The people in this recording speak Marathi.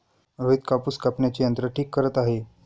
रोहित कापूस कापण्याचे यंत्र ठीक करत आहे